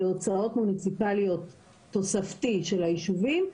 להוצאות מוניציפאליות תוספתי של הישובים.